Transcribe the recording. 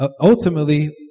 ultimately